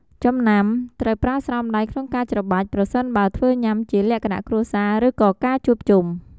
ចំណាំ ត្រូវប្រើស្រោមដៃក្នុងការច្របាច់ប្រសិនបើធ្វើញ៉ាំជាលក្ខណៈគ្រួសារ ឬក៏ការជួបជុំ។